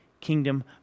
kingdom